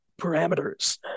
parameters